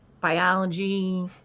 biology